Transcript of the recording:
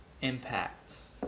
impacts